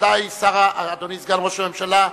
אדוני סגן ראש הממשלה,